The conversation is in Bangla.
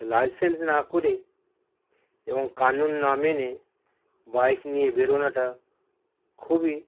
তো লাইসেন্স না করে এবং কানুন না মেনে বাইক নিয়ে বেরনোটা খুবই